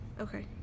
Okay